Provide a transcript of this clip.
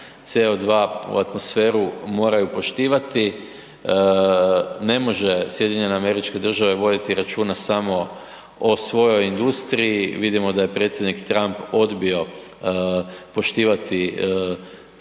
CO2 u atmosferu moraju poštivati. Ne može SAD voditi računa samo o svojoj industriji. Vidimo da je predsjednik Trump odbio poštivati